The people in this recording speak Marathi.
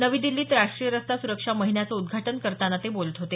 नवी दिल्लीत राष्ट्रीय रस्ता सुरक्षा महिन्याचं उद्घाटन करताना ते बोलत होते